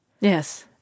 Yes